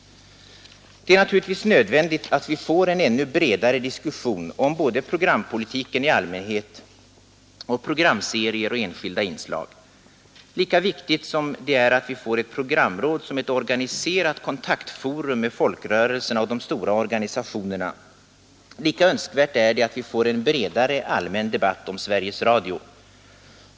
Det är naturligtvis nödvändigt att vi får en ännu bredare diskussion om både programpolitiken i allmänhet och programserier och enskilda inslag. Lika viktigt som det är att vi får ett programråd som ett organiserat kontaktforum med folkrörelserna och de stora organisationerna, lika önskvärt är det att vi får en bredare allmän debatt om Sveriges Radio.